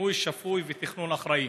בינוי שפוי ותכנון אחראי.